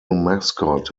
mascot